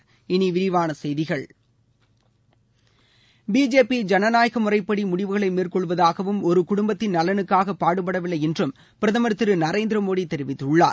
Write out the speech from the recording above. இனி விரிவான செய்திகள் பிஜேபி ஜனநாயக முறைப்படி முடிவுகளை மேற்கொள்வதாகவும் ஒரு குடும்பத்தின் நலனுக்காக பாடுபடவில்லை என்றும் பிரதமர் திரு நரேந்திர மோடி தெரிவித்துள்ளார்